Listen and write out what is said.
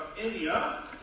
India